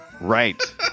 Right